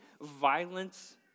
violence